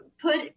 put